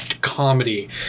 comedy